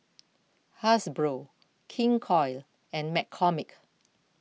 Hasbro King Koil and McCormick